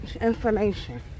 information